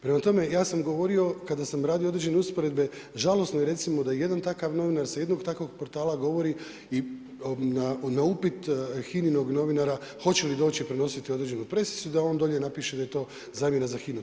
Prema tome, ja sam govorio kada sam radio određene usporedbe žalosno je recimo da jedan takav novinar sa jednog takvog portala govori i na upit HINA-inog novinara hoće li doći prenositi određenu pressicu, da on dolje napiše da je to zamjena za HINA-u.